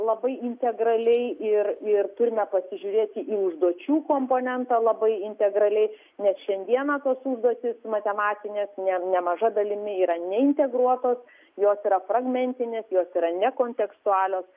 labai integraliai ir ir turime pasižiūrėti į užduočių komponentą labai integraliai nes šiandieną tos užduotys matematinės ne nemaža dalimi yra neintegruotos jos yra fragmentinės jos yra ne kontekstualios